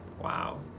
Wow